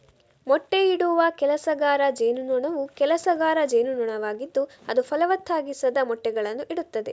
ಮೊಟ್ಟೆಯಿಡುವ ಕೆಲಸಗಾರ ಜೇನುನೊಣವು ಕೆಲಸಗಾರ ಜೇನುನೊಣವಾಗಿದ್ದು ಅದು ಫಲವತ್ತಾಗಿಸದ ಮೊಟ್ಟೆಗಳನ್ನು ಇಡುತ್ತದೆ